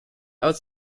out